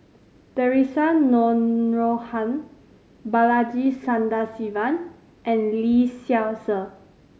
Theresa Noronha Balaji Sadasivan and Lee Seow Ser